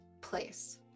place